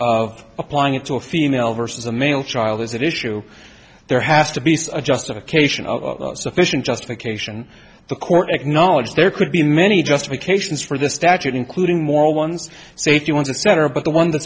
of applying it to a female versus a male child is an issue there has to be a justification sufficient justification the court acknowledged there could be many justifications for this statute including moral ones so if you want to center but the one th